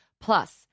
Plus